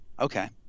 Okay